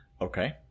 Okay